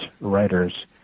writers